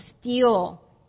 steal